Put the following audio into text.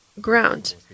ground